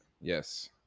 Yes